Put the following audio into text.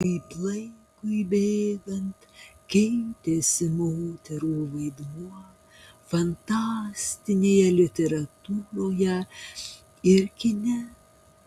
kaip laikui bėgant keitėsi moterų vaidmuo fantastinėje literatūroje ir kine